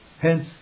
Hence